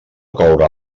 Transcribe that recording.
coure